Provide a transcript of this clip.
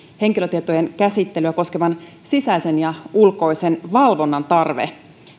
henkilötietojen käsittelyä koskevan sisäisen ja ulkoisen valvonnan tarve